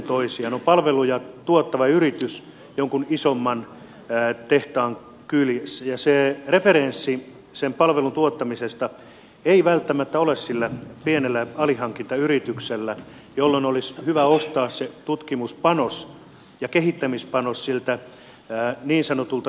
on palveluja tuottava yritys jonkun isomman tehtaan kyljessä ja se referenssi sen palvelun tuottamisesta ei välttämättä ole sillä pienellä alihankintayrityksellä jolloin olisi hyvä ostaa se tutkimuspanos ja kehittämispanos siltä niin sanotulta tilaajayritykseltä